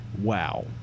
wow